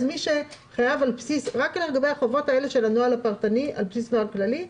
אז מי שחייב רק לגבי החובות האלה של הנוהל הפרטני על בסיס נוהל כללי,